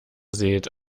seht